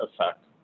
effect